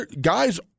guys